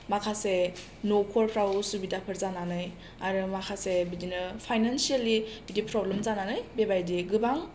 माखासे नखरफ्राव उसुबिदाफोर जानानै आरो माखासे बिदिनो फाइनेन्सियेलि बिदि प्रब्लेम जानानै बेबायदि गोबां